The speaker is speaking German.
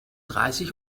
dreißig